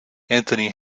anthony